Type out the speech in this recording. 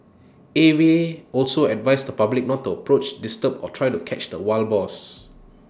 A V A also advised the public not to approach disturb or try to catch the wild boars